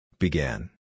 Began